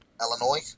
Illinois